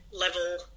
level